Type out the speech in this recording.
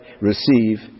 receive